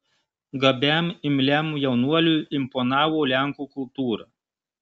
gabiam imliam jaunuoliui imponavo lenkų kultūra